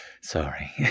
Sorry